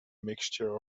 mixture